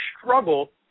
struggle